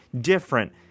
different